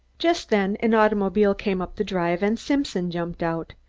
just then an automobile came up the drive and simpson jumped out.